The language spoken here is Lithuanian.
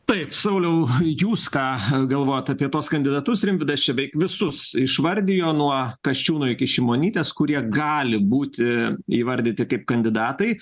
taip sauliau jūs ką galvojat apie tuos kandidatus rimvydas čia beveik visus išvardijo nuo kasčiūno iki šimonytės kurie gali būti įvardyti kaip kandidatai